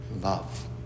love